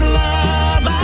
love